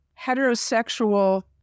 heterosexual